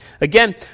Again